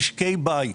משקי בית.